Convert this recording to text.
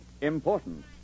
Important